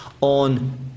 on